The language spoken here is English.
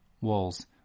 walls